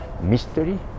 mystery